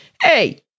Hey